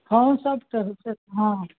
हँ सब तरफसँ हँ